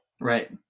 Right